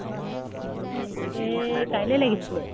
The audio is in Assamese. অঁ এই এই কাইলৈ লাগিছিলে